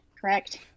correct